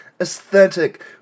aesthetic